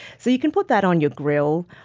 so, you can put that on your grill,